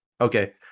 okay